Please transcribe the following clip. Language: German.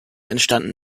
entstanden